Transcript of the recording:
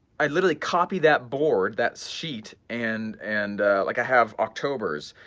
i literally copy that board, that sheet and and like i have october's,